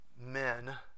men